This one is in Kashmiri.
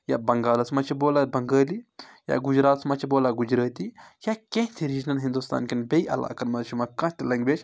یا بنگالَس منٛز چھِ بولان بنٛگٲلی یا گُجرات منٛز چھِ بولان گُجراتی یا کینٛہہ تہِ ریٖجَنَن ہِندوستانکٮ۪ن بیٚیہِ علاقَن منٛز چھِ یِوان کانٛہہ تہِ لینٛگویج